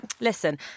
listen